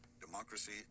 democracy